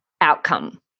outcome